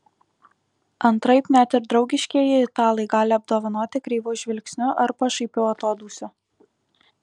antraip net ir draugiškieji italai gali apdovanoti kreivu žvilgsniu ar pašaipiu atodūsiu